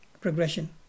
progression